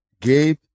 Gabe